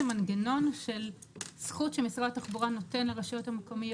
מנגנון של זכות שמשרד התחבורה נותן לרשויות המקומיות,